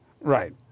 Right